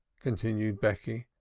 continued becky.